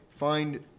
Find